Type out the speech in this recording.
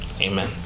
Amen